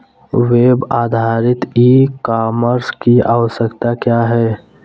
Web आधारित e commerce की आवश्यकता क्या है?